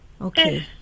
okay